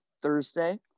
Thursday